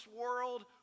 world